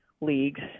leagues